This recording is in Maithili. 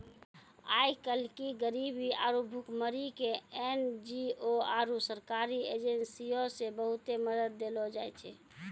आइ काल्हि गरीबी आरु भुखमरी के एन.जी.ओ आरु सरकारी एजेंसीयो से बहुते मदत देलो जाय छै